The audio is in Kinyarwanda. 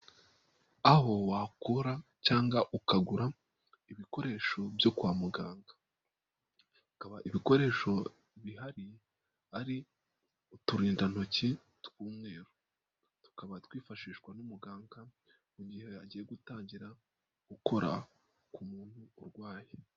Aho wakura cyangwa ukagura ibikoresho byo kwa muganga ukaba ibikoresho bihari ari uturindantoki tw'umweru, tukaba twifashishwa n'umuganga mu gihe agiye gutangira gukora ku muntu urwaye.